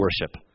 worship